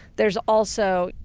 there's also,